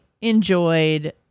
enjoyed